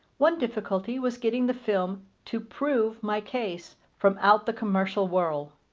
one difficulty was getting the film to prove my case from out the commercial whirl.